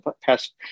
past